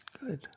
Good